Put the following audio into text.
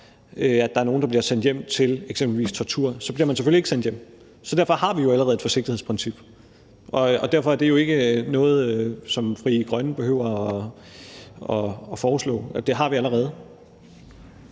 at der er nogle, der bliver sendt hjem til eksempelvis tortur, så bliver de selvfølgelig ikke sendt hjem. Så derfor har vi jo allerede et forsigtighedsprincip, og derfor er det ikke noget, som Frie Grønne behøver at foreslå. Det har vi allerede.